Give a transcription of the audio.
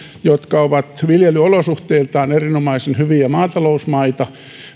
jotka ovat viljelyolosuhteiltaan erinomaisen hyviä maatalousmaita